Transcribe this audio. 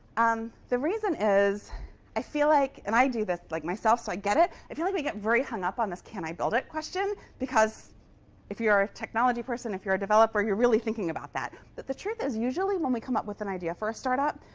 um the reason is i feel like and i do this like myself, so i get it. i feel like we get very hung up on this can i build it? question, because if you're a technology person if you're a developer you're really thinking about that. but the truth is usually, when we come up with an idea for a startup,